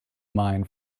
mind